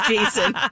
Jason